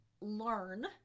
learn